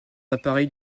appareils